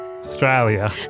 Australia